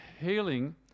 healing